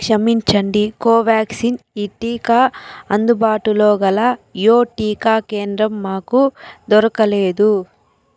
క్షమించండి కోవ్యాక్సిన్ ఈ టీకా అందుబాటులోగల యో టీకా కేంద్రం మాకు దొరకలేదు